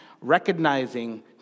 Recognizing